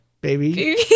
Baby